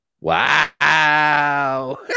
Wow